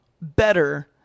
better